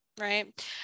right